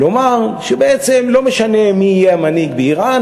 לומר שבעצם לא משנה מי יהיה המנהיג באיראן,